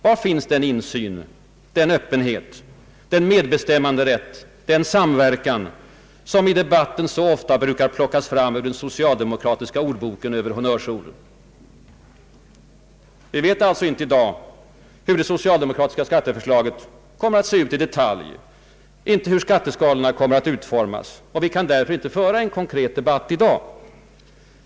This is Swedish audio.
Var finns den insyn, den öppenhet, den medbestämmanderätt, den samverkan som i debatten så ofta brukar plockas fram ur den socialdemokratiska ordboken över honnörsord? Vi vet alltså inte hur det socialdemokratiska skatteförslaget kommer att se ut i detalj, inte hur skatteskalorna kommer att utformas. Vi kan därför inte föra en konkret debatt i dag.